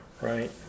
right